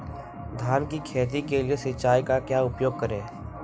धान की खेती के लिए सिंचाई का क्या उपयोग करें?